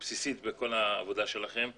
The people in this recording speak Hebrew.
בסיסית בכל העבודה של לקט ישראל,